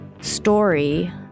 Story